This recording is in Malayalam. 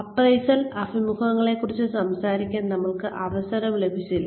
അപ്രൈസൽ അഭിമുഖങ്ങളെക്കുറിച്ച് സംസാരിക്കാൻ നമ്മൾക്ക് അവസരം ലഭിച്ചില്ല